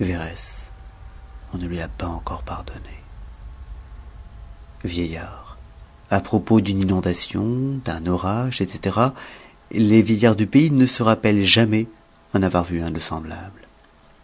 on ne lui a pas encore pardonné vieillard a propos d'une inondation d'un orage etc les vieillard du pays ne se rappellent jamais en avoir vu un de semblable